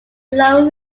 lower